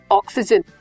oxygen